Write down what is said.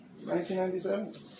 1997